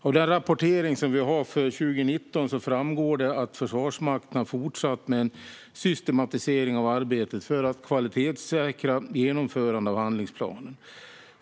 Av rapporteringen för 2019 framgår att Försvarsmakten har fortsatt med en systematisering av arbetet för att kvalitetssäkra genomförande av handlingsplanen.